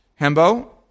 Hembo